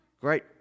great